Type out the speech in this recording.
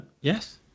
Yes